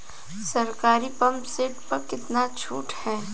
सरकारी pump set प कितना छूट हैं?